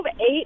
eight